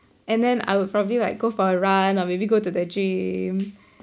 and then I will probably like go for a run or maybe go to the gym